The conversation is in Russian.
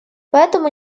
поэтому